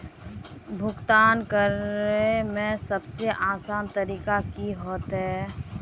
भुगतान करे में सबसे आसान तरीका की होते?